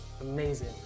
amazing